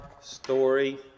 story